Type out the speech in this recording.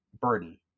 burden